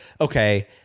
okay